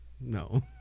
No